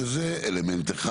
שזה אלמנט אחד.